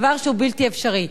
דבר שהוא בלתי אפשרי.